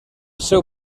seu